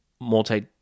multi